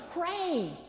pray